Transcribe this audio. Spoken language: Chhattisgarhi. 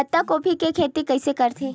पत्तागोभी के खेती कइसे करथे?